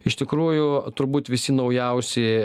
iš tikrųjų turbūt visi naujausi